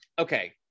okay